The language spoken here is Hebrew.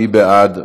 מי בעד?